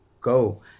go